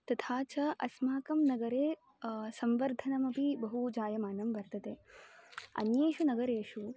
तथा च अस्माकं नगरे संवर्धनमपि बहु जायमानं वर्तते अन्येषु नगरेषु